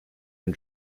and